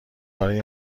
برای